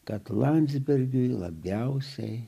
kad landsbergiui labiausiai